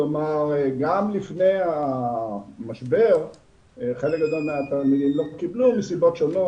כלומר גם לפני המשבר חלק גדול מהתלמידים לא קיבלו מסיבות שונות,